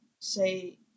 say